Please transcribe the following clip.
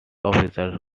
officers